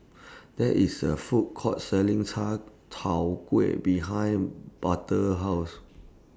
There IS A Food Court Selling Cai Tow Kuay behind Butler's House